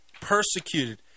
persecuted